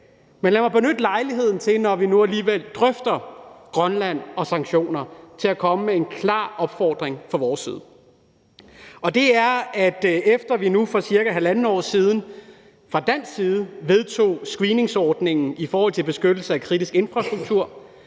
Men lad mig benytte lejligheden, når vi nu alligevel drøfter Grønland og sanktioner, til at komme med en klar opfordring fra vores side. Og det er, at da vi for nu cirka halvandet år siden fra dansk side vedtog screeningsordningen i forhold til beskyttelse af kritisk infrastruktur,